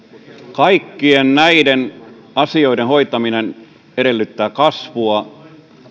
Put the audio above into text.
kaikkien näiden asioiden hoitaminen edellyttää kasvua